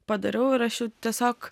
padariau ir aš jau tiesiog